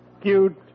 Cute